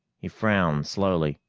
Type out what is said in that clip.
he frowned slowly,